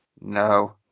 No